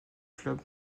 club